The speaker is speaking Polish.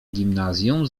gimnazjum